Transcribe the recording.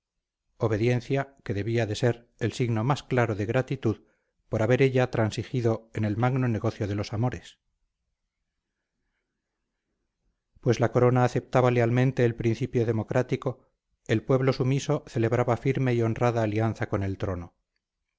obediencia que debía de ser el signo más claro de gratitud por haber ella transigido en el magno negocio de los amores pues la corona aceptaba lealmente el principio democrático el pueblo sumiso celebraba firme y honrada alianza con el trono